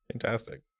fantastic